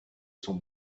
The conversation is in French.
son